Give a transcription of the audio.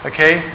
Okay